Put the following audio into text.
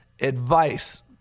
advice